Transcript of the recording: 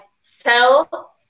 sell